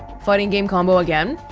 fighting game combo again?